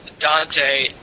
Dante